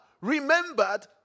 remembered